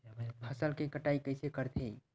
फसल के कटाई कइसे करथे?